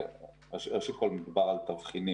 ראשית כול מדובר על תבחינים.